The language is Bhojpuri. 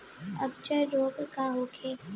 अपच रोग का होखे?